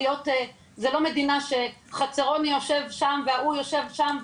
זאת לא מדינה שחברוני יושב שם וההוא יושב שם,